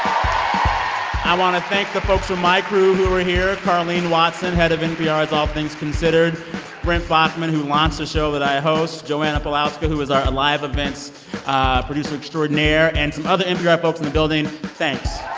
want to thank the folks of my crew who were here. carline watson, head of npr's all things considered brent baughman, who launched the show that i host joanna pawlowska, who is our live events producer extraordinaire and some other npr folks in the building thanks.